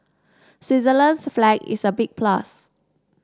Switzerland's flag is a big plus